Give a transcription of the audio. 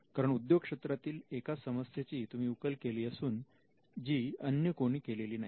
कारण उद्योग क्षेत्रातील एका समस्येची तुम्ही उकल केली असून जी अन्य कोणी केलेली नाही